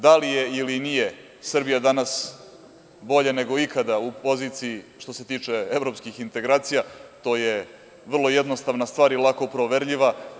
Da li je ili nije Srbija danas bolje nego ikada u poziciji što se tiče evropskih integracija, to je vrlo jednostavna stvar i lako proverljiva.